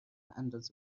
اندازه